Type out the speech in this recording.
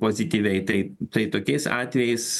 pozityviai tai tai tokiais atvejais